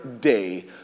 day